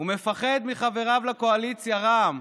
הוא מפחד מחבריו לקואליציה, רע"מ,